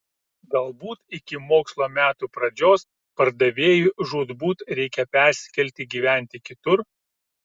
galbūt iki mokslo metų pradžios pardavėjui žūtbūt reikia persikelti gyventi kitur